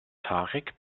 tarek